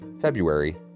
February